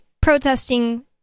protesting